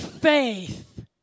faith